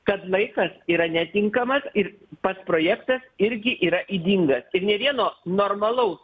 kad laikas yra netinkamas ir pats projektas irgi yra ydingas ir nė vieno normalaus